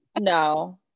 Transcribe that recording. No